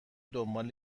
دنبال